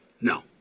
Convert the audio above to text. no